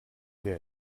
der